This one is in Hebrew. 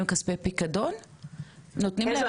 באיזה אופן, מה, התראה נקודתית ביום מסוים?